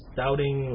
doubting